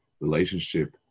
Relationship